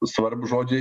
svarbūs žodžiai